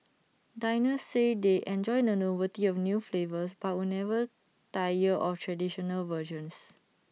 diners say they enjoy the novelty of new flavours but will never tire of traditional versions